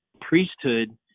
priesthood